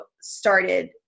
started